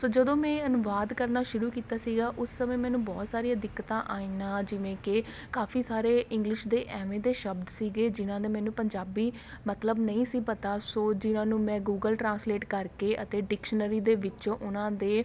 ਸੋ ਜਦੋਂ ਮੈਂ ਇਹ ਅਨੁਵਾਦ ਕਰਨਾ ਸ਼ੁਰੂ ਕੀਤਾ ਸੀਗਾ ਉਸ ਸਮੇਂ ਮੈਨੂੰ ਬਹੁਤ ਸਾਰੀਆਂ ਦਿੱਕਤਾਂ ਆਈਆਂ ਜਿਵੇਂ ਕਿ ਕਾਫੀ ਸਾਰੇ ਇੰਗਲਿਸ਼ ਦੇ ਐਵੇਂ ਦੇ ਸ਼ਬਦ ਸੀਗੇ ਜਿਹਨਾਂ ਦੇ ਮੈਨੂੰ ਪੰਜਾਬੀ ਮਤਲਬ ਨਹੀਂ ਸੀ ਪਤਾ ਸੋ ਜਿਹਨਾਂ ਨੂੰ ਮੈਂ ਗੂਗਲ ਟਰਾਂਸਲੇਟ ਕਰਕੇ ਅਤੇ ਡਿਕਸ਼ਨਰੀ ਦੇ ਵਿੱਚੋਂ ਓਹਨਾਂ ਦੇ